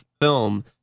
film